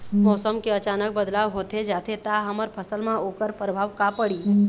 मौसम के अचानक बदलाव होथे जाथे ता हमर फसल मा ओकर परभाव का पढ़ी?